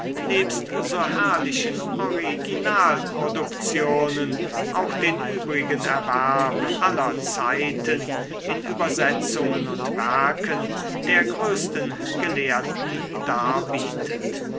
nebst so herrlichen originalproduktionen auch den übrigen erwerb aller zeiten in übersetzungen und werken der größten gelehrten darbietet